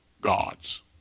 gods